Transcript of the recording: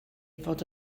fod